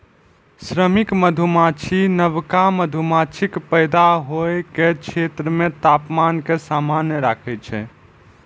श्रमिक मधुमाछी नवका मधुमाछीक पैदा होइ के क्षेत्र मे तापमान कें समान राखै छै